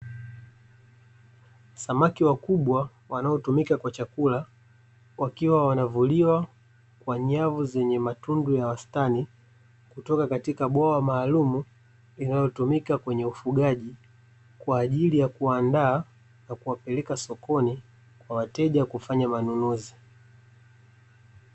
Samaki wakubwa wanaotumika kwa chakula, wakiwa wanavuliwa kwa nyavu zenye matundu ya wastani, kutoka katika bwawa maalumu, linalotumika kwenye ufugaji kwa ajili ya kuwaandaa na kuwapeleka sokoni, kwa wateja kufanya manunuzi.